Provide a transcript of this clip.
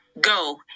go